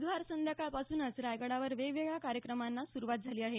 बुधवार संध्याकाळपासूनच रायगडावर वेगवेगळया कार्यक्रमांना सुरुवात झाली आहे